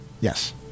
Yes